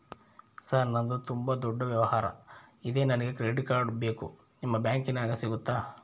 Sir ನಂದು ತುಂಬಾ ದೊಡ್ಡ ವ್ಯವಹಾರ ಇದೆ ನನಗೆ ಕ್ರೆಡಿಟ್ ಕಾರ್ಡ್ ಬೇಕು ನಿಮ್ಮ ಬ್ಯಾಂಕಿನ್ಯಾಗ ಸಿಗುತ್ತಾ?